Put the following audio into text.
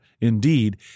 Indeed